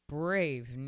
brave